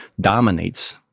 dominates